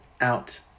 out